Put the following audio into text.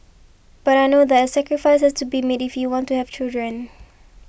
but I know that sacrifice has to be made if we want to have children